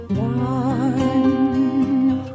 one